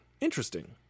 Interesting